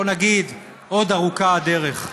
בואו נגיד, עוד ארוכה הדרך,